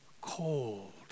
cold